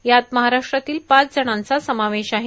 यात महाराष्ट्रातील पाच जणांचा समावेश आहे